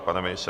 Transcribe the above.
Pane ministře?